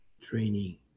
training